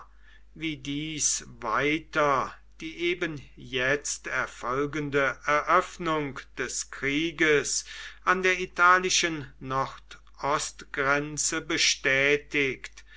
wie dies weiter die eben jetzt erfolgende eröffnung des krieges an der italischen nordostgrenze bestätigt